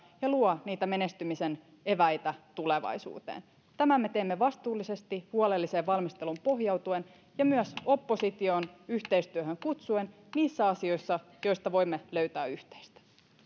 ja luo niitä menestymisen eväitä tulevaisuuteen tämän me teemme vastuullisesti huolelliseen valmisteluun pohjautuen ja myös opposition yhteistyöhön kutsuen niissä asioissa joista voimme löytää yhteistä